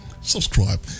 Subscribe